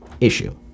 issue